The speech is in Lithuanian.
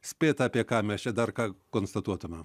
spėt apie ką mes čia dar ką konstatuotume